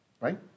Right